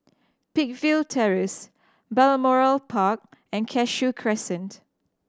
Peakville Terrace Balmoral Park and Cashew Crescent